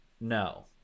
No